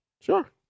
sure